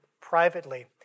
privately